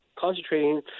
concentrating